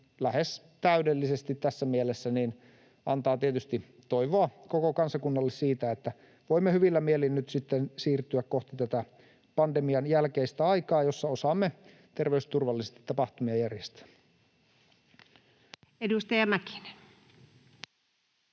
lähes täydellisesti antaa tietysti tässä mielessä toivoa koko kansakunnalle siitä, että voimme hyvillä mielin nyt sitten siirtyä kohti pandemian jälkeistä aikaa, jolloin osaamme terveysturvallisesti tapahtumia järjestää. [Speech